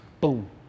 boom